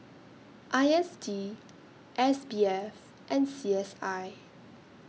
I S D S B F and C S I